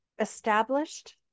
established